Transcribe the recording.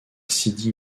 sidi